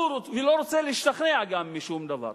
הוא גם לא רוצה להשתכנע משום דבר.